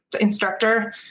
instructor